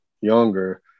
younger